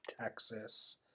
Texas